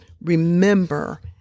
Remember